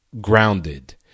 grounded